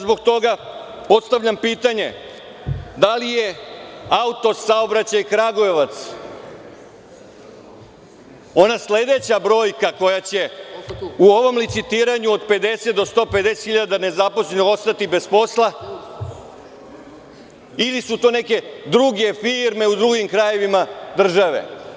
Zbog toga postavljam pitanje – da li je „Autosaobraćaj Kragujevac“ ona sledeća brojka koja će u ovom licitiranju od 50.000 do 150.000 nezaposlenih ostati bez posla ili su to neke druge firme, u drugim krajevima države?